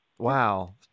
wow